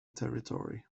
territory